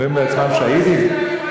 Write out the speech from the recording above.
והם רואים בעצמם שהידים?